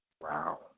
Wow